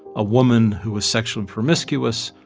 a woman who was sexually promiscuous,